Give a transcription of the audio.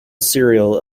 serial